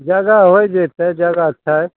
जगह होइ जैतै जगह छै